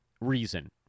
reason